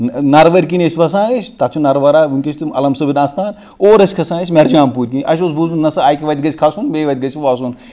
نَروٲرۍ کِنۍ ٲسۍ وَسان أسۍ تَتھ چھِ نَروارا وٕنکیس تہِ عَلَم صٲبُن اَستان اورٕ ٲسۍ کھسان أسۍ میرجان پوٗرۍ کِنۍ اَسہِ اوس بوٗزمُت نہ سا اَکہِ وَتہِ گَژھِ کھَسُن بیٚیہِ وَتہِ گَژھِ وَسُن